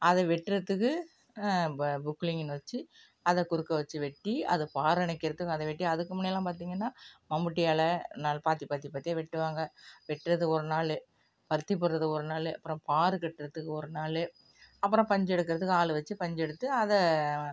அதை வெட்டுறத்துக்கு இப்போ பொக்லிங்கின்னு வச்சு அதை குறுக்கே வச்சு வெட்டி அதை பார் அணைக்கிறதுக்கும் அதை வெட்டி அதுக்கு முன்னேயிலாம் பார்த்தீங்கன்னா மம்முட்டியால நா பாத்தி பாத்தி பாத்தியாக வெட்டுவாங்க வெட்டுறதுக்கு ஒரு நாள் பருத்தி போடுறதுக்கு ஒரு நாள் அப்புறம் பார் கட்டுறத்துக்கு ஒரு நாள் அப்புறம் பஞ்சு எடுக்கிறதுக்கு ஆள் வச்சு பஞ்சு எடுத்து அதை